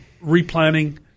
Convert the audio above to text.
replanting